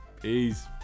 Peace